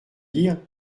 dire